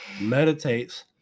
meditates